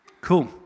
Cool